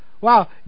wow